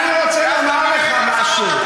דבר שני, אני רוצה לומר לך משהו.